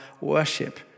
worship